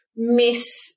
miss